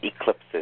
eclipses